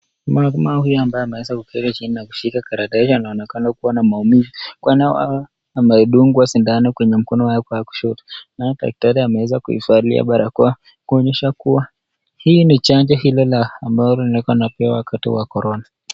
Mama huyu ambaye ameweza kuketi chini na kushika karatasi anaonekana kuwa na maumivu, kwani amedungwa sindano kwenye mkono wake wa kushoto, daktari ameweza kuivalia barakoa kuonyesha kuwa hili ni chanjo hilo la ambalo walikuwa wanapewa wakati wa Corona.